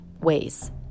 ways